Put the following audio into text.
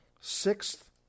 sixth